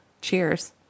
Cheers